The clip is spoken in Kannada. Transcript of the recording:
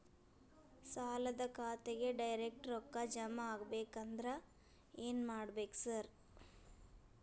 ಸಾಲದ ಖಾತೆಗೆ ಡೈರೆಕ್ಟ್ ರೊಕ್ಕಾ ಜಮಾ ಆಗ್ಬೇಕಂದ್ರ ಏನ್ ಮಾಡ್ಬೇಕ್ ಸಾರ್?